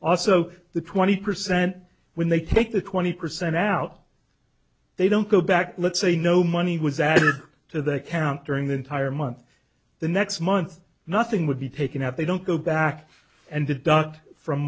also the twenty percent when they take the twenty percent out they don't go back let's say no money was added to their camp during the entire month the next month nothing would be taken out they don't go back and the dog from